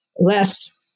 less